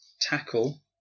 tackle